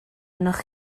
arnoch